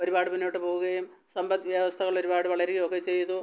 ഒരുപാട് മുന്നോട്ടു പോകുകയും സമ്പത്ത് വ്യവസ്ഥകൾ ഒരുപാട് വളരുകയൊക്കെ ചെയ്തു